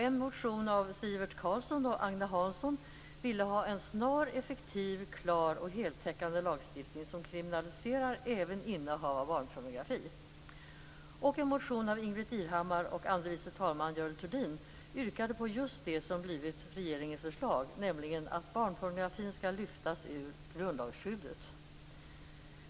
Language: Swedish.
En motion av Sivert Carlsson och Agne Hansson ville ha en snar, effektiv, klar och heltäckande lagstiftning som kriminaliserar även innehav av barnpornografi. En motion av Ingbritt Irhammar och andre vice talman Görel Thurdin yrkade på just det som blivit regeringens förslag, nämligen att barnpornografin skall lyftas ut ur grundlagsskyddet.